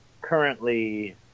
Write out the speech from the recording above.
currently